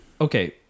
Okay